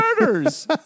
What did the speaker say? murders